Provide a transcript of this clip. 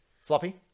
Floppy